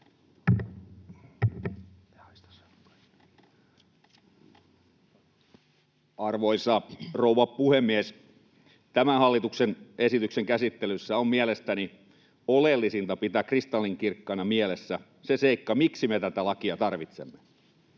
Arvoisa rouva puhemies! Tämän hallituksen esityksen käsittelyssä on mielestäni oleellisinta pitää kristallinkirkkaana mielessä se seikka, miksi me tätä lakia tarvitsemme.